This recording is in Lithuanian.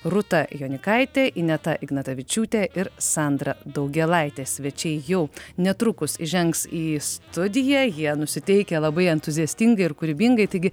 rūta jonikaitė ineta ignatavičiūtė ir sandra daugėlaitė svečiai jau netrukus įžengs į studiją jie nusiteikę labai entuziastingai ir kūrybingai taigi